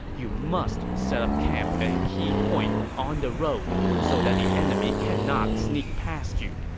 you must set up camp at a key point on the road so that the enemy cannot sneak past you.